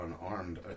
unarmed